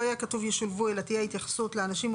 לא יהיה כתוב 'ישולבו' אלא תהיה התייחסות לאנשים עם